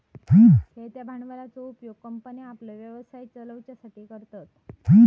खेळत्या भांडवलाचो उपयोग कंपन्ये आपलो व्यवसाय चलवच्यासाठी करतत